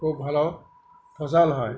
খুব ভালো ফসল হয়